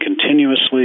continuously